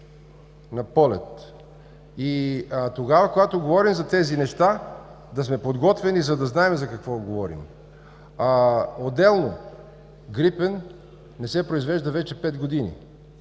на полет и тогава, когато говорим за тези неща да сме подготвени, за да знаем за какво говорим. „Грипен“ не се произвежда вече пет години.